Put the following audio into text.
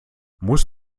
muss